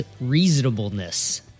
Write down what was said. reasonableness